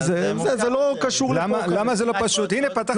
זה לא קשור לפה, כרגע.